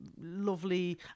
lovely